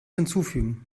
hinzufügen